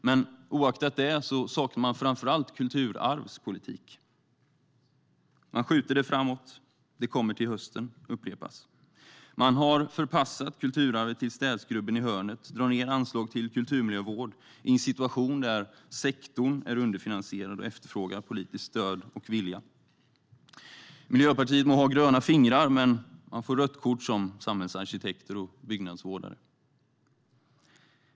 I vilket fall som helst saknar man framför allt kulturarvspolitik. Man skjuter det framför sig: Det kommer till hösten, upprepar man. Man har förpassat kulturarvet till städskrubben i hörnet och drar ned anslagen till kulturmiljövård i en situation där sektorn är underfinansierad och efterfrågar politisk vilja och stöd. Miljöpartiet må ha gröna fingrar, men man får rött kort som samhällsarkitekter och byggnadsvårdare.